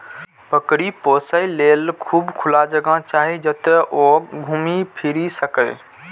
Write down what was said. बकरी पोसय लेल खूब खुला जगह चाही, जतय ओ घूमि फीरि सकय